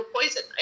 poison